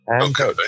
okay